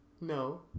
No